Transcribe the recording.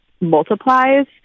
multiplies